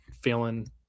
feeling